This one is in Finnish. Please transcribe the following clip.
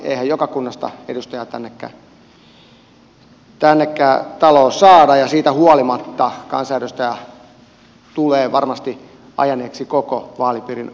eihän joka kunnasta edustajaa tännekään taloon saada ja siitä huolimatta kansanedustaja tulee varmasti ajaneeksi koko vaalipiirin etua